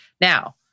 Now